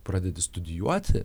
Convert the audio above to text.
pradedi studijuoti